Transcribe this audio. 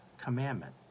commandment